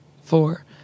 four